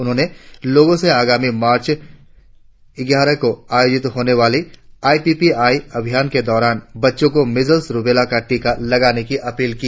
उन्होंने लोगों से आगामी ग्यारह मार्च को आयोजित होने वाली आई पी पी आई अभियान के दौरान बच्चों को मिजस्ल रुबेला का टीका लगाने की अपील की